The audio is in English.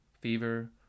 fever